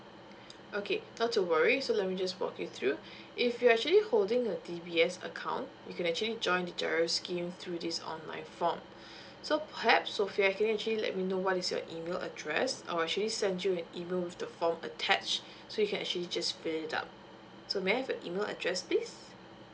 okay not to worry so let me just walk you through if you're actually holding a D_B_S account you can actually join the GIRO scheme through this online form so perhaps sofea can you actually let me know what is your email address I'll actually send you an email with the form attached so you can actually just fill it up so may I have your email address please